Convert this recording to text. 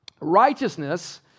Righteousness